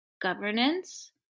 governance